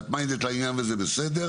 ואתם מכוונים לעניין וזה בסדר.